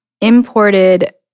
imported